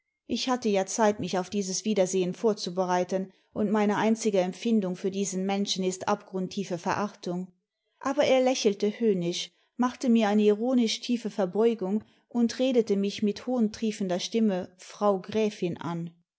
ich hatte ja zeit mich auf dieses wiedersehen vorzubereiten und meine einzige empfindung für diesen menschen ist abgrundtiefe verachtung aber er lächelte höhnisch machte nur eine ironisch tiefe verbeugung und redete mich mit hohntriefender stimme frau gräfin an